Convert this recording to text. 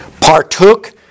partook